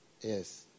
Yes